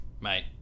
Mate